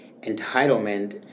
entitlement